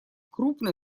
крупно